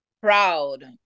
proud